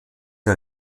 der